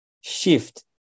shift